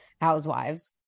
Housewives